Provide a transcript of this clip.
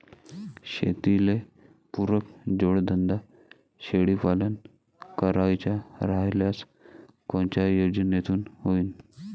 शेतीले पुरक जोडधंदा शेळीपालन करायचा राह्यल्यास कोनच्या योजनेतून होईन?